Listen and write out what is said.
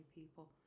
people